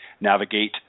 navigate